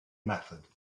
method